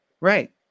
Right